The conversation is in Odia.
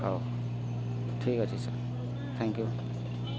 ହଉ ଠିକ୍ ଅଛି ସାର୍ ଥ୍ୟାଙ୍କ ୟୁ